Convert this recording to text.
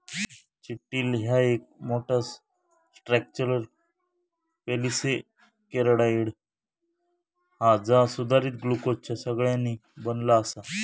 chitin ह्या एक मोठा, स्ट्रक्चरल पॉलिसेकेराइड हा जा सुधारित ग्लुकोजच्या साखळ्यांनी बनला आसा